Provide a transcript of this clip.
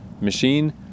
machine